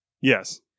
Yes